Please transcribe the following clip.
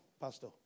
pastor